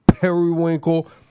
Periwinkle